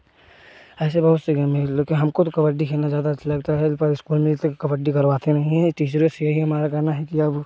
ऐसे बहुत से गेम हैं लेकिन हमको तो कबड्डी खेलना ज़्यादा अच्छा लगता है एक बार स्कूल में कबड्डी करवाते नहीं हैं टीचरों से यही हमारा कहना है कि